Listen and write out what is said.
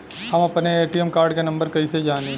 हम अपने ATM card के नंबर कइसे जानी?